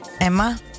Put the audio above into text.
Emma